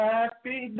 Happy